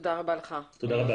תודה רבה לך פרופ'